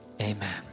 amen